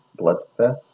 Bloodfest